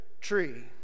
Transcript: tree